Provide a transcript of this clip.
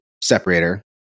separator